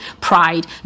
pride